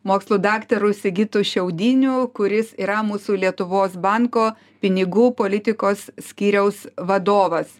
mokslų daktaru sigitu šiaudiniu kuris yra mūsų lietuvos banko pinigų politikos skyriaus vadovas